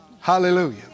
Hallelujah